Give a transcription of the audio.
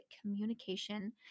communication